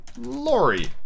Lori